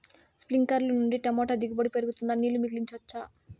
స్ప్రింక్లర్లు నుండి టమోటా దిగుబడి పెరుగుతుందా? నీళ్లు మిగిలించవచ్చా?